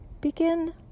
Begin